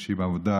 כשמבקשים עבודה,